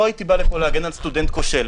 לא הייתי בא להגן על סטודנט כושל,